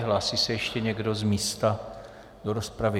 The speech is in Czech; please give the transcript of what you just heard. Hlásí se ještě někdo z místa do rozpravy?